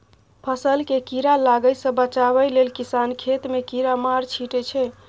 फसल केँ कीड़ा लागय सँ बचाबय लेल किसान खेत मे कीरामार छीटय छै